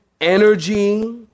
energy